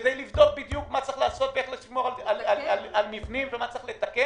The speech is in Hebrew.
כדי לבדוק בדיוק מה צריך לעשות ואיך לשמור על מבנים ומה צריך לתקן.